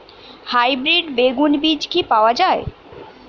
Hybrid বেগুন বীজ কি পাওয়া য়ায়?